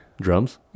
Drums